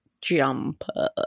jumper